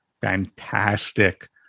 fantastic